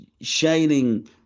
Shining